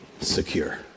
secure